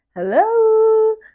Hello